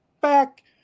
back